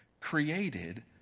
created